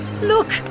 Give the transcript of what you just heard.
Look